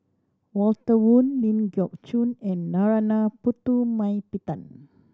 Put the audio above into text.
Walter Woon Ling Geok Choon and Narana Putumaippittan